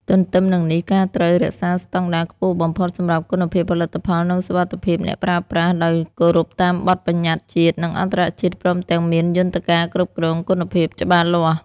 ទន្ទឹមនឹងនេះការត្រូវ រក្សាស្តង់ដារខ្ពស់បំផុតសម្រាប់គុណភាពផលិតផល និងសុវត្ថិភាពអ្នកប្រើប្រាស់ ដោយគោរពតាមបទប្បញ្ញត្តិជាតិ និងអន្តរជាតិ ព្រមទាំងមានយន្តការគ្រប់គ្រងគុណភាពច្បាស់លាស់។